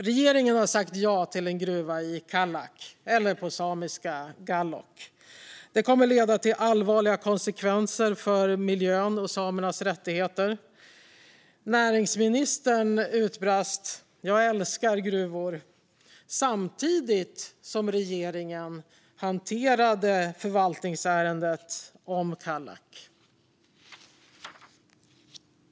Regeringen har sagt ja till en gruva i Kallak, eller Gállok, som det heter på samiska. Det kommer att leda till allvarliga konsekvenser för miljön och samernas rättigheter. Samtidigt som regeringen hanterade förvaltningsärendet om Kallak utbrast näringsministern att han älskar gruvor.